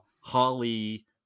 Holly